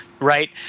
Right